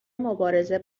مبارزه